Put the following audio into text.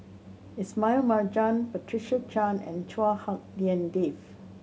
Ismail Marjan Patricia Chan and Chua Hak Lien Dave